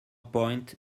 point